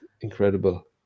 incredible